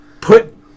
Put